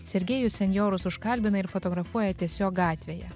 sergejus senjorus užkalbina ir fotografuoja tiesiog gatvėje